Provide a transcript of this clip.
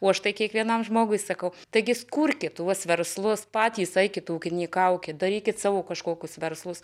o štai kiekvienam žmogui sakau taigi kurti lietuvos verslus patys eikit ūkinykaukit darykit savo kažkokius verslus